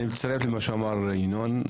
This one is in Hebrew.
אני מצטרף לדבריו של ינון.